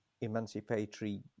emancipatory